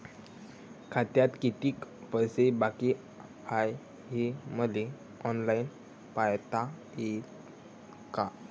खात्यात कितीक पैसे बाकी हाय हे मले ऑनलाईन पायता येईन का?